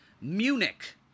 Munich